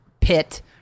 pit